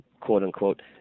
quote-unquote